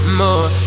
more